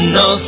no